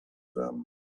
them